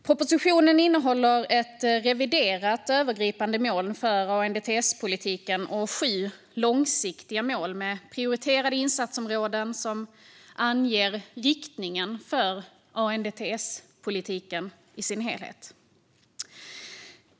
Propositionen innehåller ett reviderat övergripande mål för ANDTS-politiken och sju långsiktiga mål med prioriterade insatsområden som anger riktningen för ANDTS-politiken i sin helhet.